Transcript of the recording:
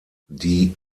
die